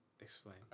Explain